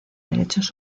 derechos